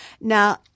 Now